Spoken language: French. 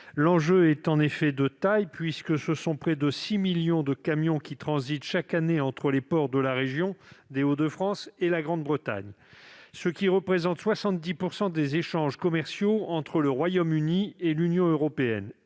L'enjeu est en effet de taille puisque près de 6 millions de camions transitent chaque année entre les ports de la région des Hauts-de-France et la Grande-Bretagne, ce qui représente 70 % des échanges commerciaux entre le Royaume-Uni et l'Union européenne.